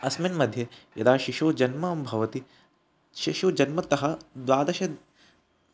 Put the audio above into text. अस्मिन् मध्ये यदा शिशुजन्म भवति शिशुजन्मतः द्वादशं